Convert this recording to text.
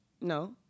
No